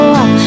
up